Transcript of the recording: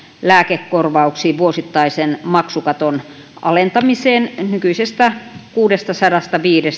lääkekorvauksiin vuosittaisen maksukaton alentamiseksi nykyisestä kuudestasadastaviidestä